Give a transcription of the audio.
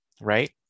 Right